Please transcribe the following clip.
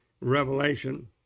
Revelation